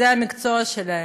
זה המקצוע שלהם.